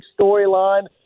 storyline